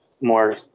more